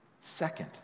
Second